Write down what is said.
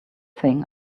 thing